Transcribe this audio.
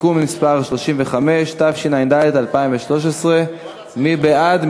(תיקון מס' 35), התשע"ד 2013. מי בעד?